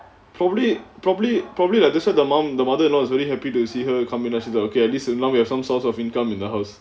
probably probably probably like that's why the mom the mother-in-law is very happy to see her come in then she's like okay at least now we have some source of income in the house